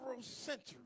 centuries